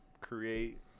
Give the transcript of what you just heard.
Create